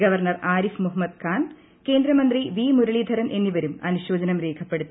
governor Arif Mohammad Khan കേന്ദ്രമന്ത്രി V Muraleedharan എന്നിവരും അനുശോചനം രേഖപ്പെടുത്തി